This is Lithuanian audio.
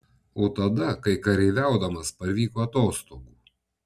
o tada kai kareiviaudamas parvyko atostogų